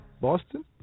Boston